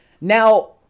Now